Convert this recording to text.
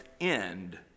end